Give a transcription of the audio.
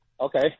Okay